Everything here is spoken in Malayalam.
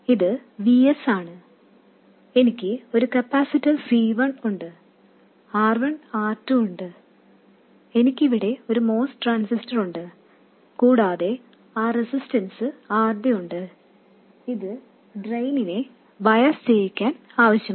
ഇത് Vs ആണ് എനിക്ക് ഒരു കപ്പാസിറ്റർ C1 ഉണ്ട് R1 R2 ഉണ്ട് എനിക്ക് ഇവിടെ ഒരു MOS ട്രാൻസിസ്റ്റർ ഉണ്ട് കൂടാതെ ഈ റെസിസ്റ്റൻസ് RD ഉണ്ട് ഇത് ഡ്രെയിനിനെ ബയാസ് ചെയ്യിക്കാൻ ആവശ്യമാണ്